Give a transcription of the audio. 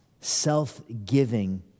self-giving